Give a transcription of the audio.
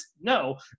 No